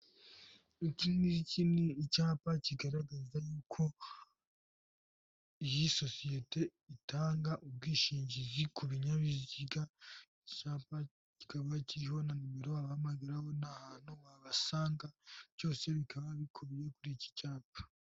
Iki ngiki ni icyapa kigaragaza yuko iyi sosiyete itanga ubwishingizi ku binyabiziga, icyapa kikaba kiriho na nimero wabahamagaraho n'ahantu wabasanga byose bikaba bikubiye muri iki cyapa.